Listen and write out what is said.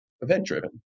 event-driven